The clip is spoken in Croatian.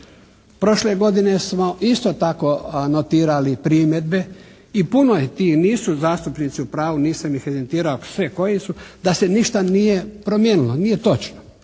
Prošle godine smo isto tako notirali primjedbe i puno je tih. Nisu zastupnici u pravu, nisam ih evidentirao sve koji su da se ništa nije promijenilo. Nije točno.